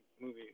movie